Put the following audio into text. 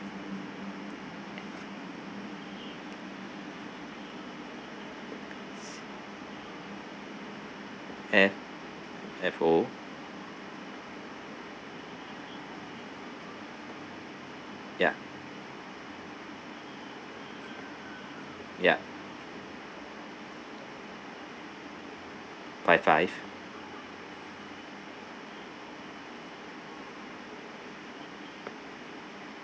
F F O ya ya five five